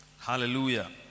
Hallelujah